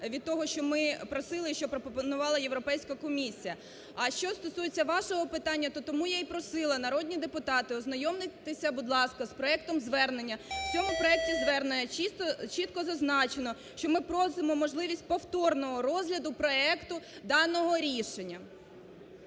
від того, що ми просили, що пропонувала Європейська комісія. А що стосується вашого питання, то тому я і просила, народні депутати ознайомтесь, будь ласка, із проектом звернення. В цьому проекті звернення чітко зазначено, що ми просимо можливість повторного розгляду проекту даного рішення.